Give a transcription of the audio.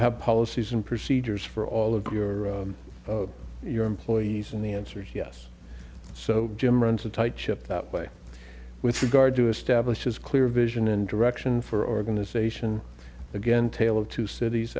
have policies and procedures for all of your your employees and the answer is yes so jim runs a tight ship that way with regard to establish is clear vision and direction for organization again tale of two cities